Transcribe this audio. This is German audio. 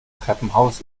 treppenhaus